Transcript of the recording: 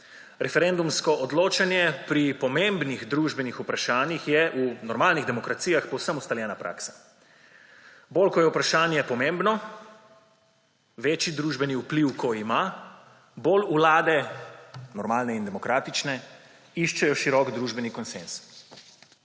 Referendumsko odločanje pri pomembnih družbenih vprašanjih je v normalnih demokracijah povsem ustaljena praksa. Bolj kot je vprašanje pomembno, večji družbeni vpliv, ko ima, bolj vlade – normalne in demokratične – iščejo širok družbeni konsenz.